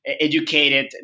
educated